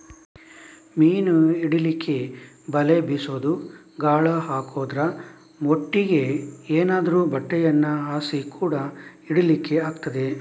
ಮೀನು ಹಿಡೀಲಿಕ್ಕೆ ಬಲೆ ಬೀಸುದು, ಗಾಳ ಹಾಕುದ್ರ ಒಟ್ಟಿಗೆ ಏನಾದ್ರೂ ಬಟ್ಟೆಯನ್ನ ಹಾಸಿ ಕೂಡಾ ಹಿಡೀಲಿಕ್ಕೆ ಆಗ್ತದೆ